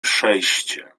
przejście